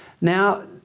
Now